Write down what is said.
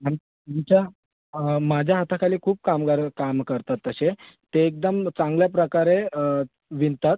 आणि तुमच्या माझ्या हाताखाली खूप कामगार काम करतात तसे ते एकदम चांगल्या प्रकारे विणतात